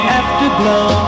afterglow